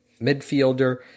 midfielder